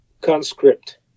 conscript